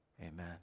amen